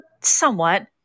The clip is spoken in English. Somewhat